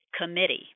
Committee